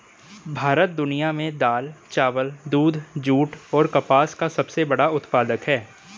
भारत दुनिया में दाल, चावल, दूध, जूट और कपास का सबसे बड़ा उत्पादक है